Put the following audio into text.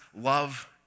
love